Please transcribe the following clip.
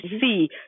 see